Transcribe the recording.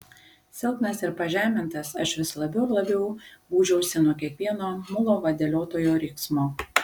silpnas ir pažemintas aš vis labiau ir labiau gūžiausi nuo kiekvieno mulo vadeliotojo riksmo